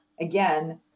again